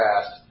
past